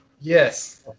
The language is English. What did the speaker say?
Yes